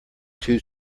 two